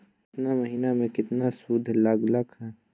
केतना महीना में कितना शुध लग लक ह?